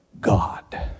God